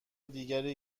دیگری